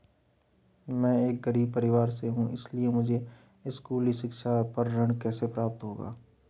मैं एक गरीब परिवार से हूं इसलिए मुझे स्कूली शिक्षा पर ऋण कैसे प्राप्त होगा?